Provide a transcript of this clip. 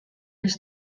his